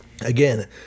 Again